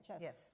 yes